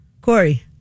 Corey